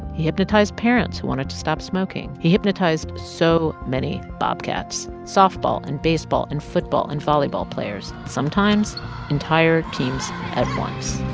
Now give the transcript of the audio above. he hypnotized parents who wanted to stop smoking. he hypnotized so many bobcats softball and baseball and football and volleyball players, sometimes entire teams at once